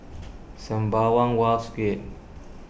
Sembawang Wharves Gate